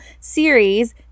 series